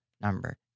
number